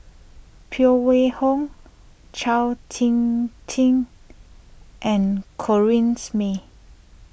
Phan Wait Hong Chao Tin Tin and Corrinne May